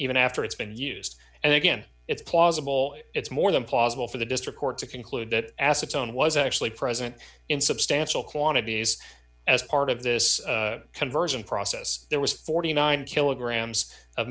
even after it's been used and again it's plausible it's more than plausible for the district court to conclude that acetone was actually present in substantial quantities as part of this conversion process there was forty nine kilograms of